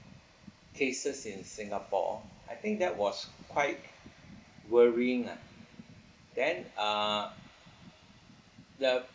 cases in singapore I think that was quite worrying ah then uh the